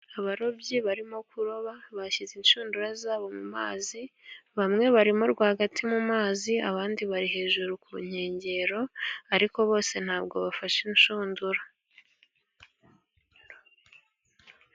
Abarobyi barimo kuroba, bashyize inshundura zabo mu mazi, bamwe barimo rwagati mu mazi, abandi bari hejuru ku nkengero, ariko bose ntabwo bafashe inshundura.